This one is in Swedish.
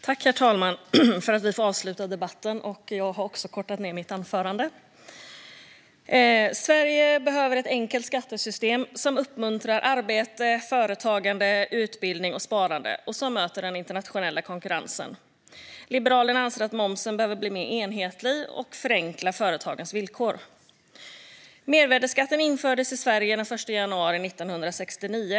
Herr talman! Jag tackar för att vi får avsluta debatten. Även jag har kortat ned mitt anförande. Sverige behöver ett enkelt skattesystem som uppmuntrar arbete, företagande, utbildning och sparande och som möter den internationella konkurrensen. Liberalerna anser att momsen behöver bli mer enhetlig och förenkla företagens villkor. Mervärdesskatten infördes i Sverige den 1 januari 1969.